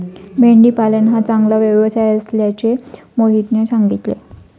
मेंढी पालन हा चांगला व्यवसाय असल्याचे मोहितने सांगितले